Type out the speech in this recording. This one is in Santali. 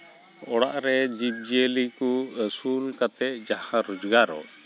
ᱚᱲᱟᱜ ᱨᱮ ᱡᱤᱵᱽᱼᱡᱤᱭᱟᱹᱞᱤ ᱠᱚ ᱟᱹᱥᱩᱞ ᱠᱟᱛᱮᱫ ᱡᱟᱦᱟᱸ ᱨᱳᱡᱽᱜᱟᱨᱚᱜ